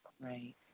Right